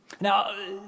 Now